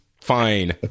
fine